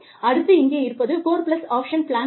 அடுத்து இங்கே இருப்பது கோர் பிளஸ் ஆப்ஷன் பிளான் ஆகும்